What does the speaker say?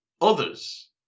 others